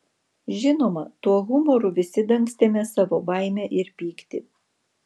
žinoma tuo humoru visi dangstėme savo baimę ir pyktį